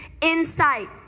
insight